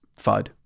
FUD